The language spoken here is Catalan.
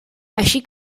així